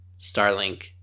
Starlink